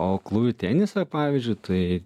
o aklųjų tenisą pavyzdžiui tai